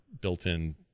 built-in